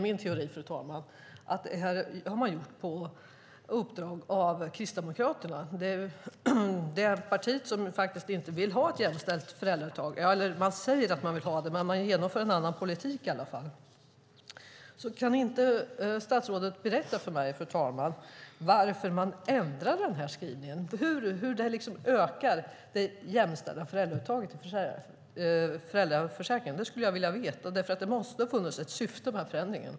Min teori, fru talman, är att man har gjort det på uppdrag av Kristdemokraterna, det parti som inte vill ha ett jämställt föräldrauttag. Man säger att man vill ha det, men man för en annan politik. Kan statsrådet berätta för mig varför man ändrade skrivningen? Hur ökar det det jämställda uttaget av föräldraförsäkringen? Det måste ha funnits ett syfte med förändringen.